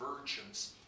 virgins